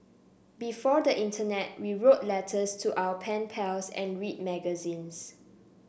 before the internet we wrote letters to our pen pals and read magazines